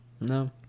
No